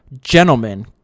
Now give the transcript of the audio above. gentlemen